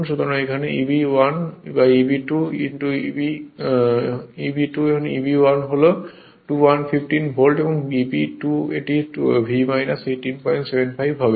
সুতরাং এখানে Eb 1 Eb 2 Eb 1 হল 215 ভোল্ট এবং Eb 2 এটি V 1875 হবে